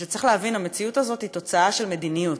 מפני שצריך להבין: המציאות הזאת היא תוצאה של מדיניות,